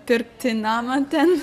pirkti namą ten